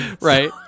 Right